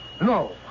No